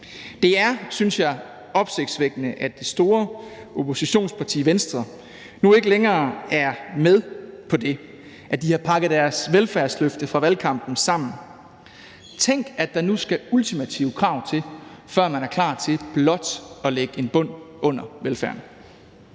Det er, synes jeg, opsigtsvækkende, at det store oppositionsparti Venstre nu ikke længere er med på det, og at de har pakket deres velfærdsløfte fra valgkampen sammen. Tænk, at der nu skal ultimative krav til, før man er klar til blot at lægge en bund under velfærden.